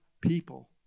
people